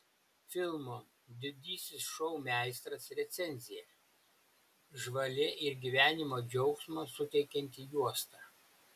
filmo didysis šou meistras recenzija žvali ir gyvenimo džiaugsmo suteikianti juosta